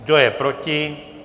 Kdo je proti?